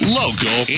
local